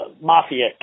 mafia